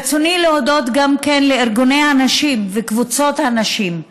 ברצוני להודות גם לארגוני הנשים ולקבוצות הנשים,